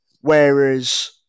Whereas